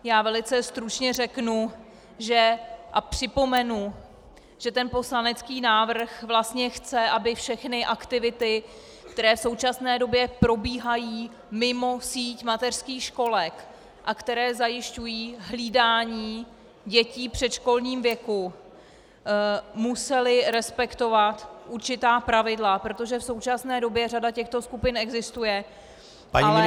Já velice stručně řeknu a připomenu, že ten poslanecký návrh vlastně chce, aby všechny aktivity, které v současné době probíhají mimo síť mateřských školek a které zajišťují hlídání dětí v předškolním věku, musely respektovat určitá pravidla, protože v současné době řada těchto skupin existuje, ale